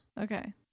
Okay